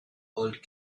old